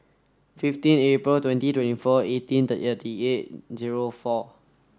fifteen April twenty twenty four eighteen thirty eight zero four